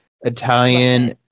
Italian